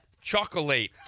Chocolate